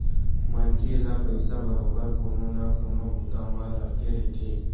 मनखे ल पइसा बरोबर कोनो न कोनो बूता म लगथे रहिथे